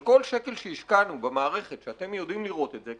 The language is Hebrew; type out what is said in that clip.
על כל שקל שהשקענו במערכת שאתם יודעים לראות את זה,